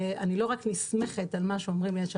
אני לא נסמכת רק על מה שאומרים לי אנשי